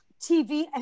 TV